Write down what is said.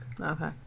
Okay